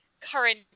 current